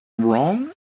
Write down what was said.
wrong